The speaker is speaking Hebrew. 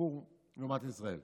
בסינגפור לעומת ישראל